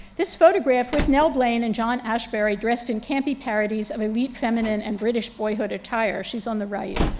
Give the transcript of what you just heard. this photograph with nell blaine and john ashbery dressed in campy parodies of elite feminine and british boyhood attire, she's on the right,